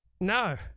No